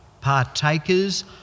partakers